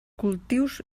cultius